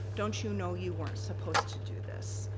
don't you know you weren't supposed to do this?